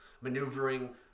maneuvering